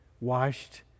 washed